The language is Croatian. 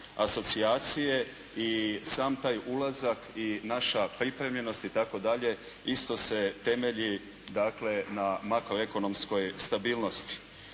asocijacije i sam taj ulazak i naša pripremljenost itd. isto se temelji dakle na makroekonomskoj stabilnosti.